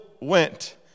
went